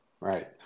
right